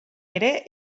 ere